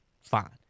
fine